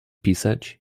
pisać